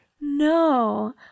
No